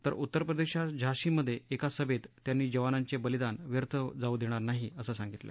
तर उत्तरप्रदेशच्या झाँसीमध्ये एका सभेत त्यांनी जवानांचे बलीदान व्यर्थ जाऊ देणार नाही असे सांगितले